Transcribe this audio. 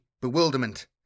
bewilderment